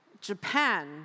Japan